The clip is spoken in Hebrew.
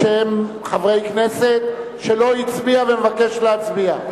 אשר הם חברי כנסת, שלא הצביע ומבקש להצביע?